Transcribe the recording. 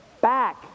back